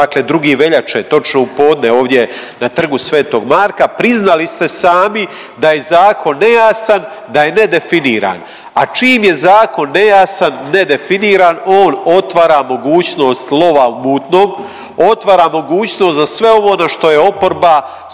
dakle 2. veljače točno u podne ovdje na Trgu sv. Marka, priznali ste sami da je zakon nejasan i da je nedefiniran, a čim je zakon nejasan i nedefiniran on otvara mogućnost lova u mutnom, otvara mogućnost za sve ovo, ono što je oporba s